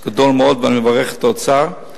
גדול מאוד, ואני מברך את האוצר.